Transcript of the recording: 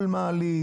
כל מעלית?